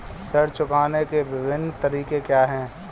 ऋण चुकाने के विभिन्न तरीके क्या हैं?